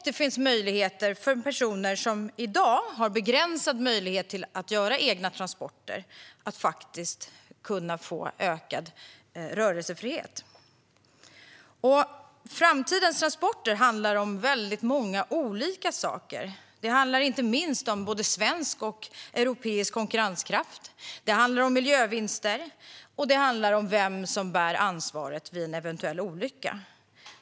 Det finns även möjligheter för personer som i dag har begränsad tillgång till egna transporter att faktiskt få ökad rörelsefrihet. Framtidens transporter handlar om många olika saker. Det handlar inte minst om både svensk och europeisk konkurrenskraft. Det handlar om miljövinster, och det handlar om vem som bär ansvaret vid en eventuell olycka.